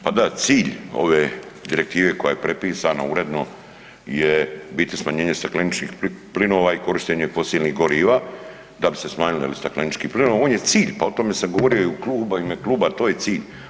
Pa da, cilj ove direktive koja je prepisana uredno je u biti smanjenje stakleničkih plinova i korištenje fosilnih goriva, da si se smanjile staklenički plinovi, on je cilj, pa o tome sam govorimo u klubu, u ime kluba, to je cilj.